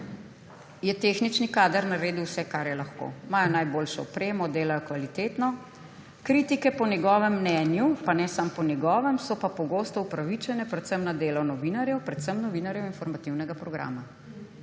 je tehnični kader naredil vse, kar je lahko. Imajo najboljšo opremo, delajo kvalitetno. Kritike po njegovem mnenju, pa ne samo po njegovem, so pa pogosto upravičene predvsem na delo novinarjev, predvsem novinarjev informativnega programa.